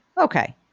Okay